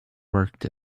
worked